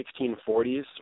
1640s